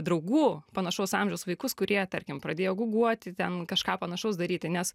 draugų panašaus amžiaus vaikus kurie tarkim pradėjo guguoti ten kažką panašaus daryti nes